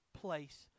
place